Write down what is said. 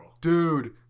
Dude